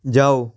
ਜਾਓ